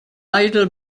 idle